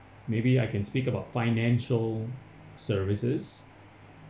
maybe I can speak about financial services